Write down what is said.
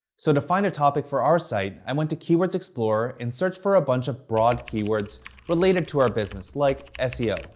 so to find a topic for our site, i went to keywords explorer and searched for a bunch of broad keywords related to our business, like seo,